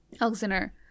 Alexander